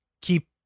keep